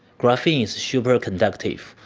graphene is super conductive,